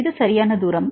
இது சரியான தூரம்